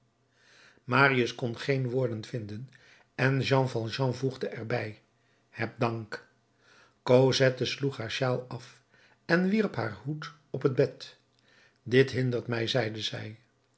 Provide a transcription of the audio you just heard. marius kon geen woorden vinden en jean valjean voegde er bij heb dank cosette sloeg haar shawl af en wierp haar hoed op het bed dit hindert mij zeide zij